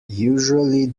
usually